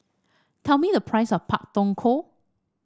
tell me the price of Pak Thong Ko